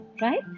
right